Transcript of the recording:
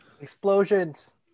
Explosions